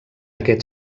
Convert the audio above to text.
aquest